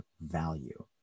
value